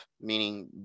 meaning